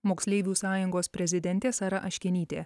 moksleivių sąjungos prezidentė sara aškinytė